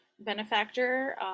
benefactor